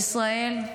ישראל,